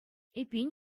эппин